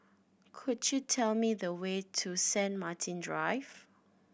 could you tell me the way to Saint Martin Drive